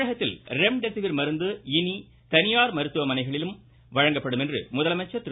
தமிழகத்தில் ரெம்டெசிவிர் மருந்து இனி தனியார் மருத்துவமனைகளிலும் வழங்கப்படும் என முதலமைச்சர் திரு